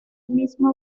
mismo